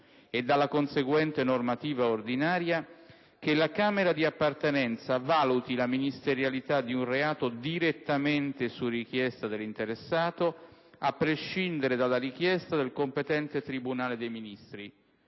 e dalla conseguente normativa ordinaria, che la Camera di appartenenza valuti la ministerialità di un reato direttamente su richiesta dell'interessato, a prescindere dalla richiesta del competente tribunale dei ministri.